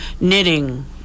knitting